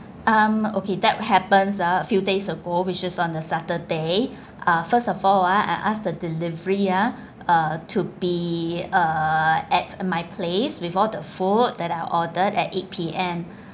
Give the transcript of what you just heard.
um okay that happens ah a few days ago which is on the saturday uh first of all ah I ask the delivery ah uh to be uh at my place with all the food that I ordered at eight P_M